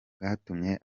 bwatumye